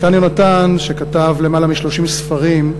נתן יונתן, שכתב למעלה מ-30 ספרים,